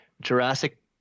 Jurassic